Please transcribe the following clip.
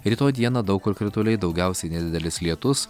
rytoj dieną daug kur krituliai daugiausiai nedidelis lietus